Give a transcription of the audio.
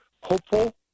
hopeful